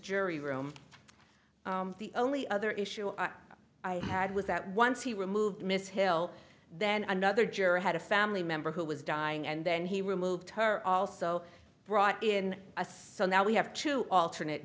jury room the only other issue i had was that once he removed miss hill then another juror had a family member who was dying and then he removed her also brought in a so now we have to alternate